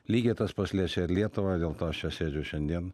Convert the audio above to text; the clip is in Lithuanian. lygiai tas pats liečia ir lietuvą dėl to aš čia sėdžiu šiandien